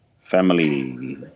family